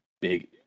big